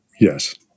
yes